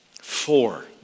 Four